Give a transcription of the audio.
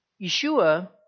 Yeshua